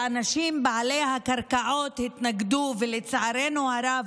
האנשים בעלי הקרקעות התנגדו, ולצערנו הרב